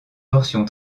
portion